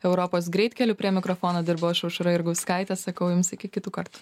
europos greitkeliu prie mikrofono dirbau aš aušra jurgauskaitė sakau jums iki kitų kartų